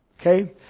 Okay